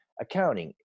accounting